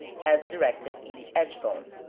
as directed in the edge-bone.